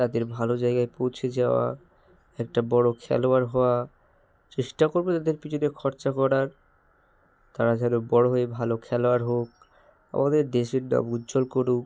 তাদের ভালো জায়গায় পৌঁছে যাওয়া একটা বড় খেলোয়াড় হওয়া চেষ্টা করব তাদের পিছনে খরচা করার তারা যেন বড় হয়ে ভালো খেলোয়াড় হোক আমাদের দেশের নাম উজ্জ্বল করুক